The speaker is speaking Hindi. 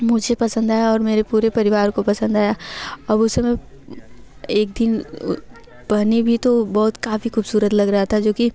मुझे पसंद आया और मेरे पूरे परिवार को पसंद आया अब उसे में एक दिन पहनी भी तो बहुत काफ़ी ख़ूबसूरत लग रहा था जो कि